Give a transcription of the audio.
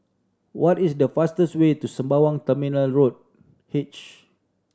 what is the fastest way to Sembawang Terminal Road H